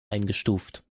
eingestuft